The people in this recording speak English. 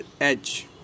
edge